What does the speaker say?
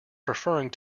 preferring